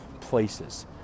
places